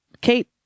Kate